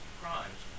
crimes